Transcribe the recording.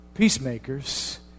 Peacemakers